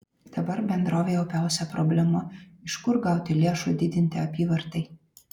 dabar bendrovei opiausia problema iš kur gauti lėšų didinti apyvartai